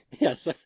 Yes